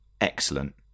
excellent